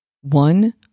One